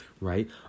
right